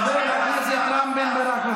חבר הכנסת רם בן ברק,